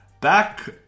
back